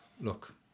look